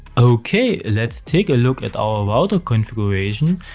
ok, let's take a look at our router configuration,